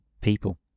people